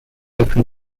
open